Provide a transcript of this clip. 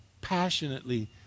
Passionately